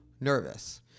nervous